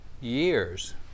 years